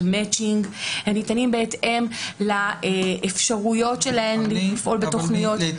מצ'ינג והם ניתנים בהתאם לאפשרויות שלהן לפעול בתוכניות.